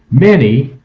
many,